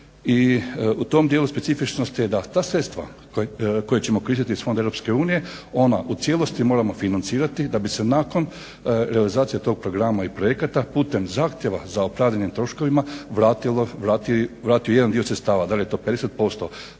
i u tom dijelu specifičnosti je da ta sredstva koja ćemo … iz fondova Europske unije u cijelosti moramo financirati da bi se nakon realizacije tog programa i projekata putem zahtjeva za opravdanim troškovima vratio jedan dio sredstava. Da li je to 50%,